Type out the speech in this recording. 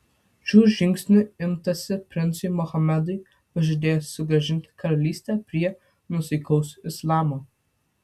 šių žingsnių imtasi princui mohamedui pažadėjus sugrąžinti karalystę prie nuosaikaus islamo